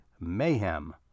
mayhem